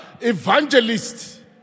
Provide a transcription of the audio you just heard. evangelist